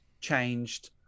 changed